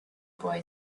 boy